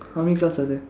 how many cards are there